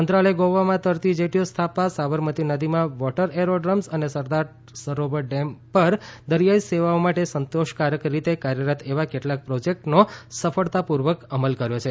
મંત્રાલયે ગોવામાં તરતી જેટીઓ સ્થાપવા સાબરમતી નદીમાં વોટર એરોડ્રોમ્સ અને સરદાર સરોવર ડેમ પર દરિયાઇ સેવાઓ માટે સંતોષકારક રીતે કાર્યરત એવા કેટલાક પ્રોજેક્ટનો સફળતાપૂર્વક અમલ કર્યો છે